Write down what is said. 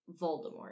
Voldemort